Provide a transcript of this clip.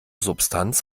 substanz